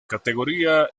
categoría